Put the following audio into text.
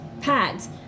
pads